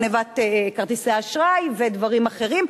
גנבת כרטיסי אשראי ודברים אחרים.